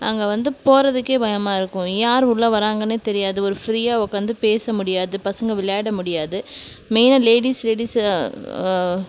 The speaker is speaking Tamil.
அங்கே வந்து போகிறதுக்கே பயமாக இருக்கும் யார் உள்ளே வராங்கனே தெரியாது ஒரு ஃப்ரீயாக உட்காந்து பேச முடியாது பசங்க விளையாட முடியாது மெயினாக லேடிஸ் லேடிஸ்